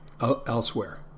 elsewhere